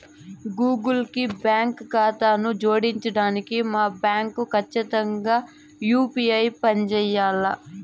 Google కి బాంకీ కాతాను జోడించడానికి మా బాంకీ కచ్చితంగా యూ.పీ.ఐ పంజేయాల్ల